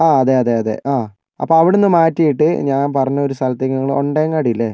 ആ അതെ അതെ അതെ ആഹ് അപ്പോൾ അവിടെ നിന്ന് മാറ്റിട്ട് ഞാൻ പറഞ്ഞ ഒരു സ്ഥലത്തേക്ക് ഇങ്ങള് ഒണ്ടേങ്ങാടി ഇല്ലേ